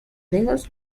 dedos